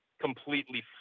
completely